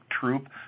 troop